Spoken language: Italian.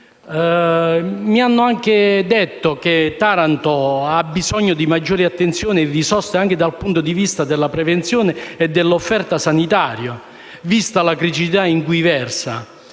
Mi hanno anche detto che Taranto ha bisogno di maggiori attenzioni e risorse dal punto di vista della prevenzione e dell'offerta sanitaria, vista la criticità in cui versa,